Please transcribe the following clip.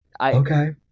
Okay